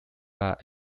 but